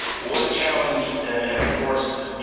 what a challenge and a forced